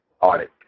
audit